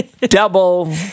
Double